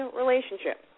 relationship